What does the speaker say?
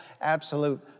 absolute